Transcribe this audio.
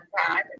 time